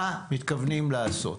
מה מתכוונים לעשות?